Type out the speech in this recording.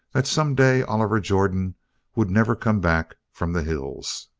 that some day oliver jordan would never come back from the hills.